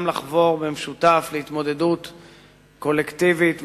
לחבור במשותף להתמודדות קולקטיבית,